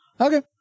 Okay